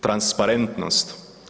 Transparentnost.